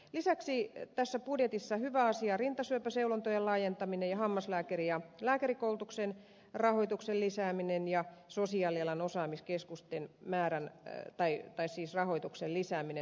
lisäksi tässä budjetissa hyvä asia on rintasyöpäseulontojen laajentaminen ja hammaslääkäri ja lääkärikoulutuksen rahoituksen lisääminen ja sosiaalialan osaamiskeskusten rahoituksen lisääminen